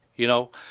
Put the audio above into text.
you know,